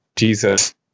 Jesus